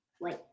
wait